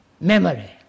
memory